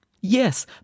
Yes